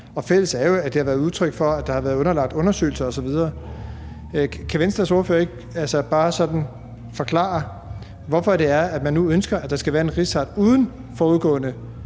Fælles er jo, at det har været udtryk for, at det har været underlagt undersøgelser osv. Kan Venstres ordfører ikke bare sådan forklare, hvorfor man nu ønsker, at der skal være en rigsret uden forudgående